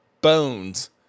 bones